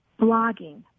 blogging